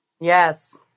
Yes